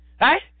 Right